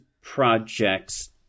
projects